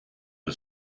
der